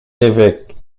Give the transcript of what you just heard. l’évêque